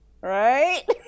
Right